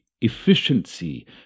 efficiency